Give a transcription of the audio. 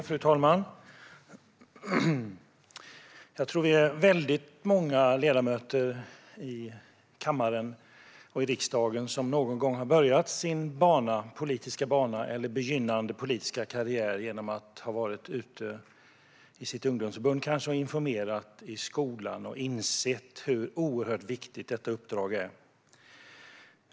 Fru talman! Jag tror att vi är många ledamöter som har börjat vår politiska bana genom att vara ute med partiets ungdomsförbund och informera i skolan. Vi har insett hur oerhört viktigt detta uppdrag är.